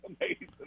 amazing